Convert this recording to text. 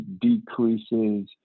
decreases